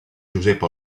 josep